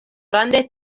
rande